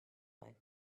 vrai